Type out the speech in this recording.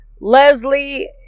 Leslie